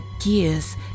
gears